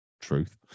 Truth